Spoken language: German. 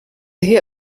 hier